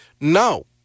no